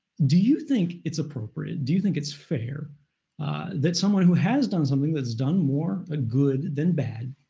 do you think it's appropriate, do you think it's fair that someone who has done something, that has done more ah good than bad,